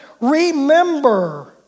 remember